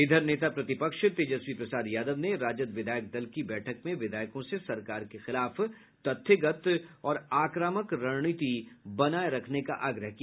इधर नेता प्रतिपक्ष तेजस्वी प्रसाद यादव ने राजद विधायक दल की बैठक में विधायकों से सरकार के खिलाफ तथ्यगत और आक्रमक रणनीति बनाये रखने का आग्रह किया